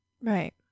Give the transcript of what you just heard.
right